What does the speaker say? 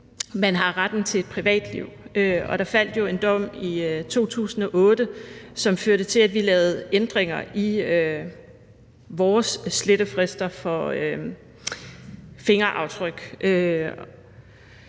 man har retten til et privatliv. Der faldt jo en dom i 2008, som førte til, at vi lavede ændringer i vores slettefrister for fingeraftryk.